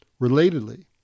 Relatedly